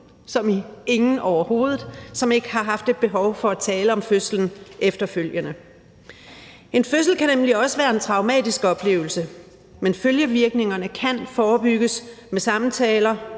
som i ingen overhovedet – som ikke har haft et behov for at tale om fødslen efterfølgende. En fødsel kan nemlig også været en traumatisk oplevelse, men følgevirkningerne kan forebygges med samtaler,